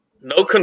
No